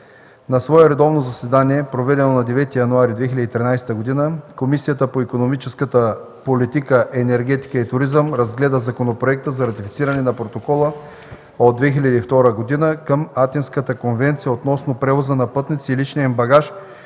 На свое редовно заседание, проведено на 9 януари 2013 г., Комисията по икономическата политика, енергетика и туризъм разгледа законопроекта за ратифициране на Протокола от 2002 г. към Атинската конвенция относно превоза на пътници и личния им багаж